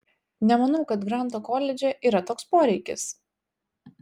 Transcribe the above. nemanau kad granto koledže yra toks poreikis